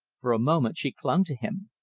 for a moment she clung to him.